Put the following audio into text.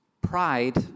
Pride